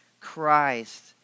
Christ